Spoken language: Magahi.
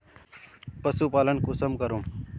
पशुपालन कुंसम करूम?